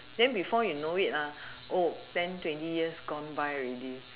then before you know it ah oh ten twenty years gone by ready